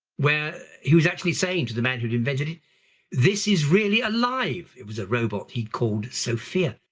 where he was actually saying to the man who'd invented it this is really alive. it was a robot he called sophia.